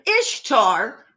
Ishtar